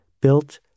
built